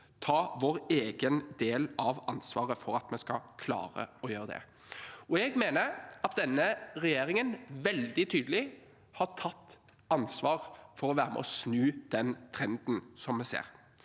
ta vår egen del av ansvaret for at vi skal klare å gjøre det. Jeg mener at denne regjeringen veldig tydelig har tatt ansvar for å være med og snu den trenden som vi ser.